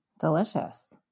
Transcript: Delicious